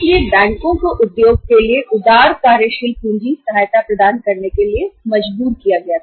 इसलिए बैंकों को उद्योग के लिए उदार कार्यशील पूंजी सहायता प्रदान करने के लिए मजबूर किया गया था